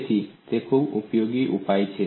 તેથી તે ખૂબ જ ઉપયોગી ઉપાય છે